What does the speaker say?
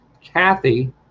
Kathy